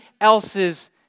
else's